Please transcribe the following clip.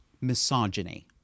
misogyny